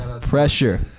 pressure